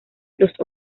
los